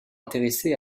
intéressé